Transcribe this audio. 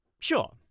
Sure